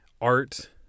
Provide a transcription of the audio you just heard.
art